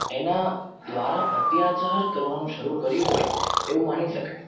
એના દ્વારા અત્યાચાર કરવાનું શરૂ કર્યું હોય એવું માની શકાય